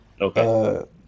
Okay